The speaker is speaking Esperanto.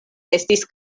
estis